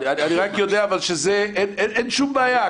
אני רק יודע שאין שום בעיה,